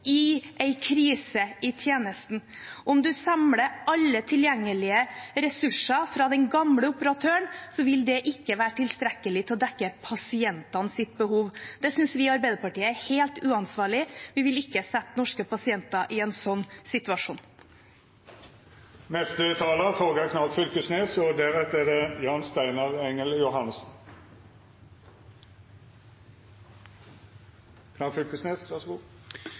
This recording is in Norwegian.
i en krise i tjenesten. Om man samler alle tilgjengelige ressurser fra den gamle operatøren, vil det ikke være tilstrekkelig til å dekke pasientenes behov. Det synes vi i Arbeiderpartiet er helt uansvarlig. Vi vil ikke sette norske pasienter i en sånn situasjon. Representanten Torgeir Knag Fylkesnes har hatt ordet to gonger tidlegare og